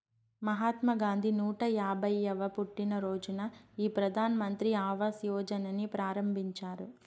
మహాత్మా గాంధీ నూట యాభైయ్యవ పుట్టినరోజున ఈ ప్రధాన్ మంత్రి ఆవాస్ యోజనని ప్రారంభించారు